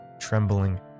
trembling